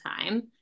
time